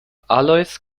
alois